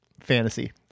Fantasy